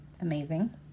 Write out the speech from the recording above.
amazing